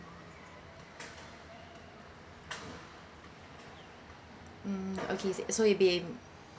mm okay so it'll be~